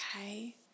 Okay